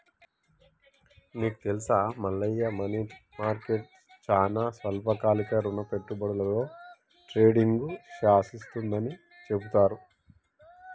నీకు తెలుసా Mallayya money market చానా స్వల్పకాలిక రుణ పెట్టుబడులలో ట్రేడింగ్ను శాసిస్తుందని చెబుతారు